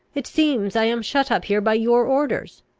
it seems i am shut up here by your orders.